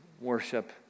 worship